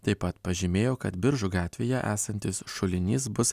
taip pat pažymėjo kad biržų gatvėje esantis šulinys bus